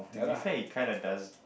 in fact he kind of does